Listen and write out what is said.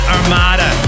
Armada